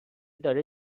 داره